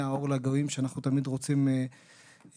האור לגויים שאנחנו תמיד רוצים להיות.